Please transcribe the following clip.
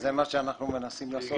זה מה שאנחנו מנסים לעשות.